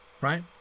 right